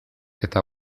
eta